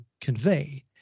convey